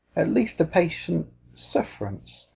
at least a patient sufferance.